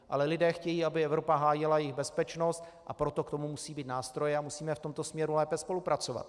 Ale lidé chtějí, aby Evropa hájila jejich bezpečnost, a proto k tomu musejí být nástroje a musíme v tomto směru lépe spolupracovat.